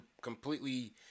completely